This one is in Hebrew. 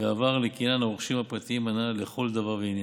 ועובר לקניין הרוכשים הפרטיים הנ"ל לכל דבר ועניין.